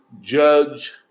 judge